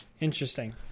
Interesting